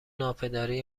ناپدری